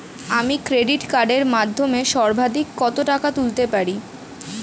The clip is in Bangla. আমি ক্রেডিট কার্ডের মাধ্যমে সর্বাধিক কত টাকা তুলতে পারব?